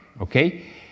Okay